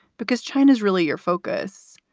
because china is really your focus,